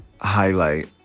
highlight